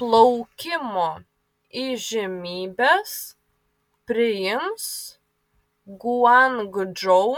plaukimo įžymybes priims guangdžou